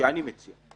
שאני מציע.